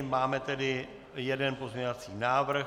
Máme tedy jeden pozměňovací návrh.